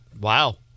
Wow